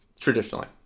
traditionally